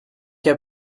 heb